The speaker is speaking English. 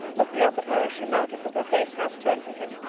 looking up at her as she mounted with her face half turned to him.